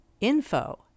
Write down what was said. info